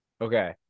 Okay